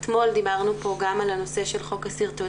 אתמול דיברנו פה גם על הנושא של חוק הסרטונים,